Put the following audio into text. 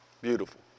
Beautiful